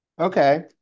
Okay